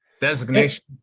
Designation